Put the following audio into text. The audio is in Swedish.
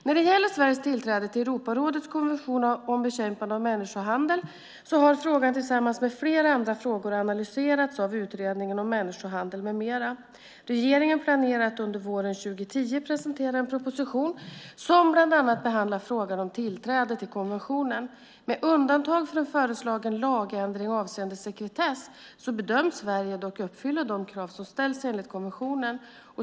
När det gäller Sveriges tillträde till Europarådets konvention om bekämpande av människohandel har den frågan tillsammans med flera andra frågor analyserats av Utredningen om människohandel m.m. Regeringen planerar att under våren 2010 presentera en proposition som bland annat behandlar frågan om tillträde till konventionen. Med undantag för en föreslagen lagändring avseende sekretess bedöms Sverige dock uppfylla de krav som ställs enligt konventionen.